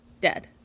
Dead